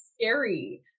scary